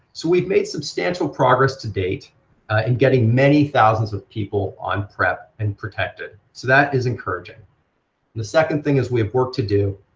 so we've made substantial progress to date in and getting many thousands of people on prep and protected, so that is encouraging. and the second thing is we have work to do.